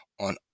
on